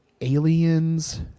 aliens